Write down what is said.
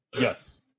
Yes